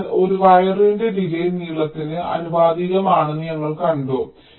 അതിനാൽ ഒരു വയറിന്റെ ഡിലേയ് നീളത്തിന് ആനുപാതികമാണെന്ന് ഞങ്ങൾ കണ്ടു